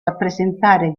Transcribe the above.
rappresentare